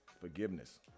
Forgiveness